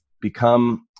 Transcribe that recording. become